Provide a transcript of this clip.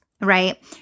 right